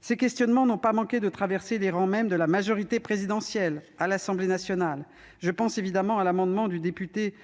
Ces questionnements n'ont pas manqué de traverser les rangs mêmes de la majorité présidentielle à l'Assemblée nationale. Je pense évidemment à l'amendement du député